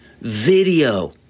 Video